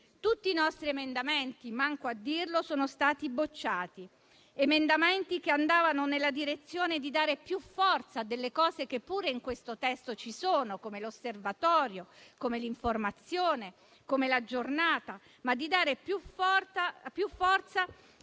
Tutti i nostri emendamenti, neanche a dirlo, sono stati bocciati: emendamenti che andavano nella direzione di dare più forza a delle misure che pure in questo testo ci sono (come l'osservatorio, come l'informazione, come la giornata dedicata), ma dando più forza